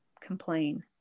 complain